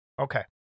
Okay